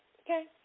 okay